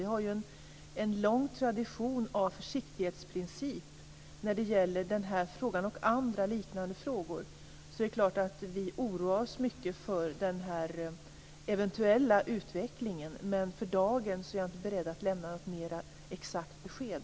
Vi har ju en lång tradition av försiktighetsprincip när det gäller den här frågan och andra liknande frågor, så det är klart att vi oroar oss mycket för den här eventuella utvecklingen. Men för dagen är jag inte beredd att lämna något mera exakt besked.